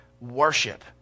worship